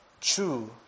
true